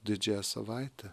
didžiąją savaitę